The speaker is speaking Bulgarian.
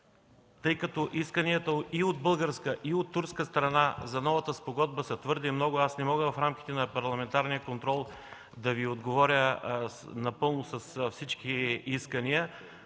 Тъй като исканията и от българска, и от турската страна за новата спогодба са твърде много, аз не мога в рамките на парламентарния контрол да Ви отговоря напълно за всички искания.